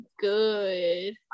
good